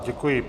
Děkuji.